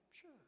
Sure